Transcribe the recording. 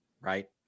right